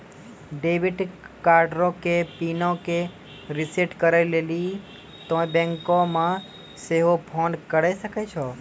debit कार्डो के पिनो के रिसेट करै लेली तोंय बैंको मे सेहो फोन करे सकै छो